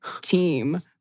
team